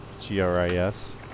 G-R-I-S